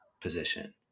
position